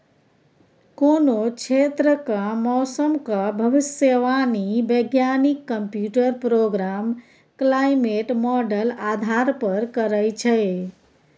कोनो क्षेत्रक मौसमक भविष्यवाणी बैज्ञानिक कंप्यूटर प्रोग्राम क्लाइमेट माँडल आधार पर करय छै